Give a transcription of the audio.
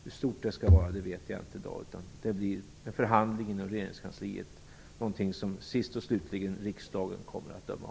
Hur stor det skall vara vet jag inte i dag, utan det får förhandlas fram inom regeringskansliet någonting som riksdagen sist och slutligen får ta ställning till.